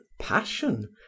passion